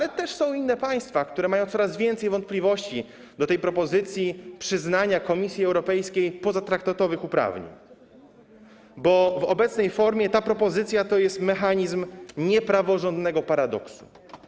Są też inne państwa, które mają coraz więcej wątpliwości co do propozycji przyznania Komisji Europejskiej pozatraktatowych uprawnień, bo w obecnej formie ta propozycja to jest mechanizm niepraworządnego paradoksu.